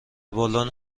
بالن